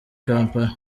kampala